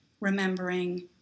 remembering